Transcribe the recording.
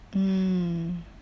mm